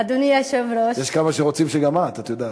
יש כמה שרוצים שגם את, את יודעת.